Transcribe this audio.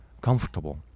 comfortable